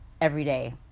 everyday